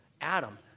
Adam